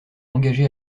engagée